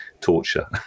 torture